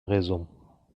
raisons